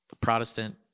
Protestant